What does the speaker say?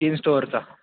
तीन स्टोरचा